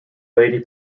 lady